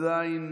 עדיין,